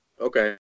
Okay